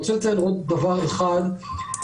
אני רוצה לציין עוד דבר אחד חשוב,